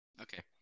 Okay